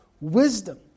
wisdom